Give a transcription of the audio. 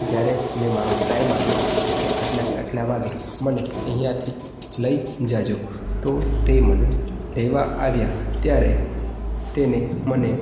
જ્યારે મેં મારો ટાઈમ આપ્યો કે આટલા કે આટલા વાગે મને અહીંયાથી લઈ જજો તો તે મને લેવા આવ્યા ત્યારે તેને મને